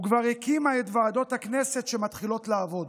וכבר הקימה את ועדות הכנסת, שמתחילות לעבוד.